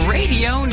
Radio